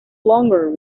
longer